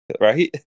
Right